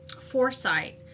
foresight